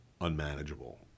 unmanageable